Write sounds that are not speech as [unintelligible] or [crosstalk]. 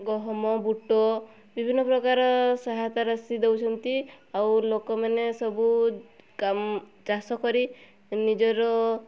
ଗହମ ବୁଟ ବିଭିନ୍ନ ପ୍ରକାର ସହାୟତା ରାଶି ଦେଉଛନ୍ତି ଆଉ ଲୋକମାନେ ସବୁ [unintelligible] ଚାଷ କରି ନିଜର